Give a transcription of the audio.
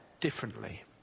differently